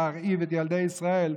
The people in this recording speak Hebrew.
להרעיב את ילדי ישראל,